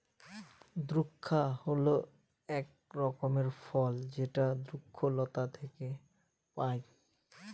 দ্রাক্ষা হল এক রকমের ফল যেটা দ্রক্ষলতা থেকে পায়